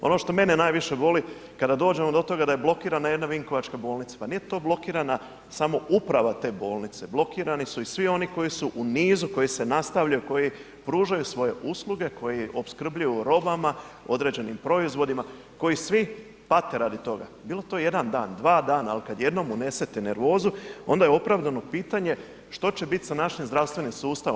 Ono što mene najviše boli, kad dođemo do toga da je blokirana jedna Vinkovačka bolnica, pa nije to blokirana samo uprava te bolnice, blokirani su i svi oni koji su u nizu, koji se nastavljaju, koji pružaju svoje usluge, koji opskrbljuju robama, određenim proizvodima koji svi pate radi toga, bilo to jedan dan, dva dana ali kad jednom unesete nervozu onda je opravdano pitanje što će biti sa našim zdravstvenim sustavom.